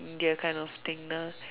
India kind of thing ah